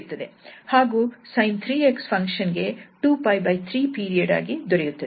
ಹಾಗೂ sin 3𝑥 function ಗೆ 23ಪೀರಿಯಡ್ ಆಗಿ ದೊರೆಯುತ್ತದೆ